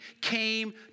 came